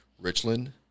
Richland